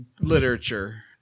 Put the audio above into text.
literature